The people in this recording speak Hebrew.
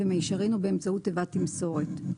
במישרין או באמצעות תיבת תמסורת,